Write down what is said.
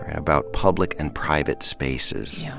about public and private spaces,